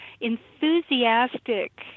enthusiastic